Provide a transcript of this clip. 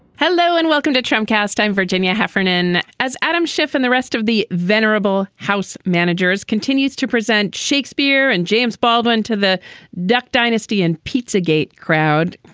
hello and welcome to tramcars time virginia heffernan. as adam schiff and the rest of the venerable house managers continues to present shakespeare and james baldwin to the duck dynasty and pizza gate crowd,